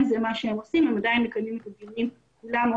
זה מה שהם עושים והם עדיין מקיימים את הדיונים כולם או